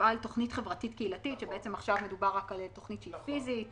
שתפעל תכנית חברתית קהילתית ובעצם עכשיו מדובר רק תוכנית שהיא פיזית.